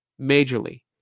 majorly